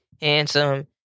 handsome